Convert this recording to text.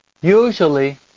usually